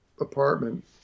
apartment